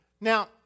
Now